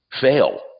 fail